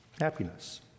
happiness